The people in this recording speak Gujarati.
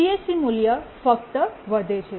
CSC મૂલ્ય ફક્ત વધે છે